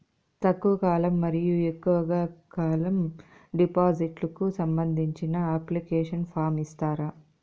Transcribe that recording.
తక్కువ కాలం మరియు ఎక్కువగా కాలం డిపాజిట్లు కు సంబంధించిన అప్లికేషన్ ఫార్మ్ ఇస్తారా?